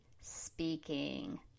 speaking